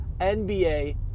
NBA